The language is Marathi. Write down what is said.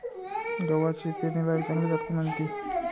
गव्हाची पेरनीलायक चांगली जात कोनची?